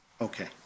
Okay